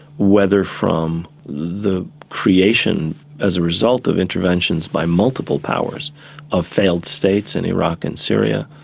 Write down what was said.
whether from the creation as a result of interventions by multiple powers of failed states in iraq and syria.